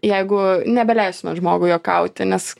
jeigu nebeleisime žmogui juokauti nes